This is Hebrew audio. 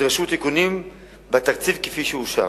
נדרשו תיקונים בתקציב כפי שאושר.